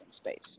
space